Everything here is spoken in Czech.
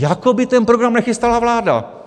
Jako by ten program nechystala vláda.